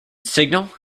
signal